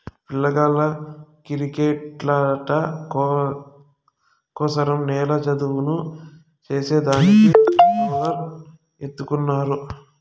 పిల్లగాళ్ళ కిరికెట్టాటల కోసరం నేల చదును చేసే దానికి రోలర్ ఎత్తుకున్నారు